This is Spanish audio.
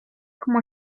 como